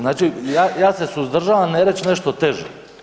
Znači ja se suzdržavam ne reći nešto teže.